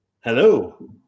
Hello